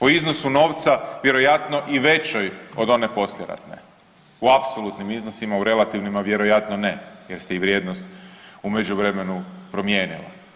O iznosu novca vjerojatno i većoj od one poslijeratne u apsolutnim iznosima, u relativnima vjerojatno ne jer se i vrijednost u međuvremenu promijenila.